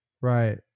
right